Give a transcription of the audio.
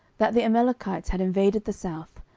that the amalekites had invaded the south,